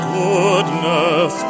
goodness